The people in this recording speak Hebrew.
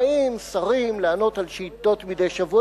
באים שרים לענות על שאילתות מדי שבוע.